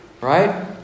Right